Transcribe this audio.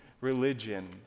religion